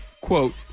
quote